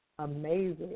Amazing